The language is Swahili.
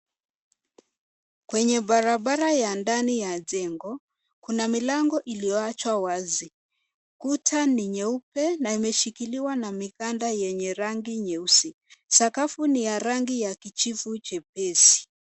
Kwenye barabara ya ndani ya jengo, kuna milango iliyowachwa wazi. Kuta ni nyeupe na imeshikiliwa na mikanda yenye rangi nyeusi. Sakafu ni ya rangi ya kijivu jepesi